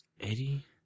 eddie